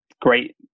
Great